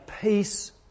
peace